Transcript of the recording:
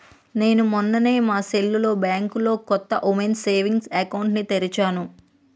నేను మొన్ననే మా సెల్లుతో బ్యాంకులో కొత్త ఉమెన్స్ సేవింగ్స్ అకౌంట్ ని తెరిచాను